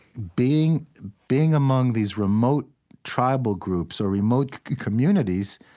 being being among these remote tribal groups, or remote communities,